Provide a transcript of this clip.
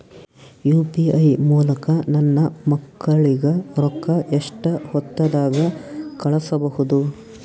UPI ಮೂಲಕ ನನ್ನ ಮಕ್ಕಳಿಗ ರೊಕ್ಕ ಎಷ್ಟ ಹೊತ್ತದಾಗ ಕಳಸಬಹುದು?